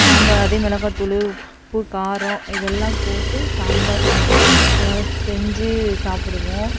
சாம்பார் அதே மிளகாய் தூள் உப்பு காரம் இதெல்லாம் போட்டு சாம்பார் செஞ்சு சாப்பிடுவோம்